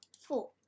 four